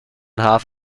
half